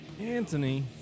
anthony